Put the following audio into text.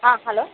ஆ hello